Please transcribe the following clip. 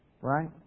Right